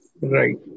Right